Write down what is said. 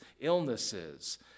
illnesses